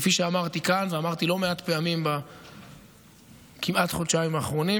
כפי שאמרתי כאן ואמרתי לא מעט פעמים בכמעט-חודשיים האחרונים,